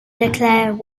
declared